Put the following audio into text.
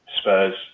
Spurs